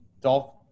Dolph